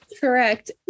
Correct